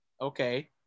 Okay